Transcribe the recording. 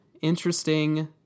Interesting